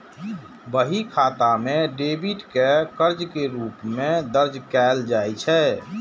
बही खाता मे डेबिट कें कर्ज के रूप मे दर्ज कैल जाइ छै